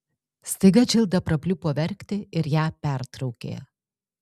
staiga džilda prapliupo verkti ir ją pertraukė